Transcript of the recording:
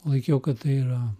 laikiau kad tai yra